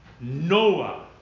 Noah